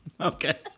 Okay